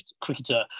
cricketer